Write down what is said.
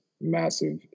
massive